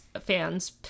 fans